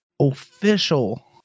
official